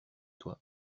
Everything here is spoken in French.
toi